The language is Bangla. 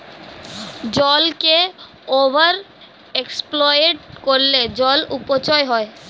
জলকে ওভার এক্সপ্লয়েট করলে জল অপচয় হয়